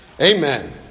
Amen